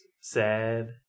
sad